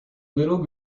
little